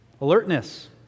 alertness